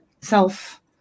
self